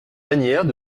manières